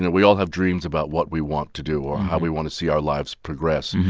and we all have dreams about what we want to do or how we want to see our lives progress